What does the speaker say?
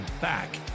back